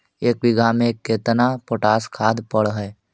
एक बिघा में केतना पोटास खाद पड़ है?